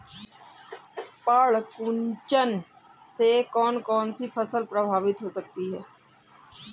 पर्ण कुंचन से कौन कौन सी फसल प्रभावित हो सकती है?